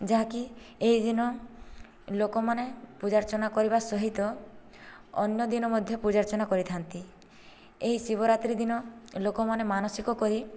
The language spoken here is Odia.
ଯାହାକି ଏହିଦିନ ଲୋକମାନେ ପୂଜା ଅର୍ଚ୍ଚନା କରିବା ସହିତ ଅନ୍ୟଦିନ ମଧ୍ୟ ପୂଜା ଅର୍ଚ୍ଚନା କରିଥା'ନ୍ତି ଏହି ଶିବରାତ୍ରି ଦିନ ଲୋକମାନେ ମାନସିକ କରି